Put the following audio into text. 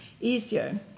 easier